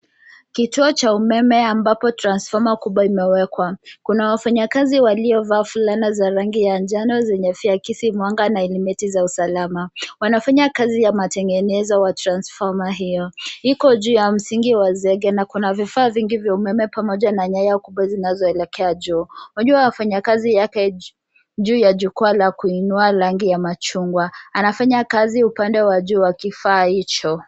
Kituo cha umeme ambapo transfoma kubwa imewekwa. Kuna wafanyakazi waliovaa fulana za rangi ya njano zenye ziakisi mwanga na helmeti za usalama. Wanafanya kazi ya matengenezo wa transfoma hiyo. Iko juu ya msingi wa zege na kuna vifaa vingi vya umeme pamoja na nyaya kubwa zinazoelekea juu. Wajua wafanyakazi yake juu ya jukwaa la kuinua rangi ya machungwa. Anafanya kazi upande wa juu wa kifaa hicho.